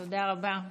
תודה רבה.